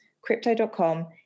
Crypto.com